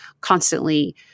constantly